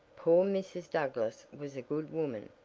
poor mrs. douglass was a good woman.